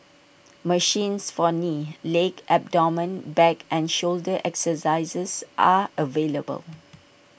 machines for knee leg abdomen back and shoulder exercises are available